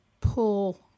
pull